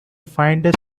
find